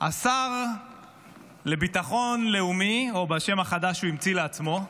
השר לביטחון לאומי, או בשם החדש שהוא המציא לעצמו,